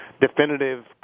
definitive